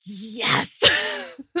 yes